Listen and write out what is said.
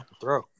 throw